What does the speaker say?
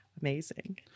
amazing